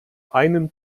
einen